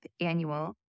annual